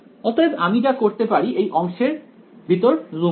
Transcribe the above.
অতএব আমি যা করতে পারি এই অংশের ভিতর জুম্ করা